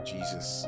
Jesus